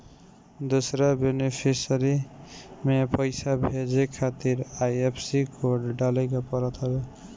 दूसरा बेनिफिसरी में पईसा भेजे खातिर आई.एफ.एस.सी कोड डाले के पड़त हवे